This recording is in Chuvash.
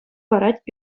парать